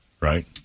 right